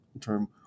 term